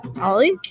Ollie